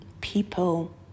people